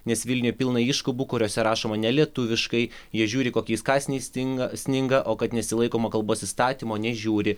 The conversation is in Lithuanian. nes vilniuje pilna iškabų kuriose rašoma nelietuviškai jie žiūri kokiais kąsniais stinga sninga o kad nesilaikoma kalbos įstatymo nežiūri